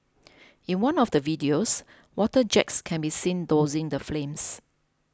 in one of the videos water jets can be seen dousing the flames